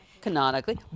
Canonically